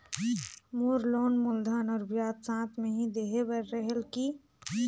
मोर loan मूलधन और ब्याज साथ मे ही देहे बार रेहेल की?